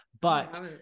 but-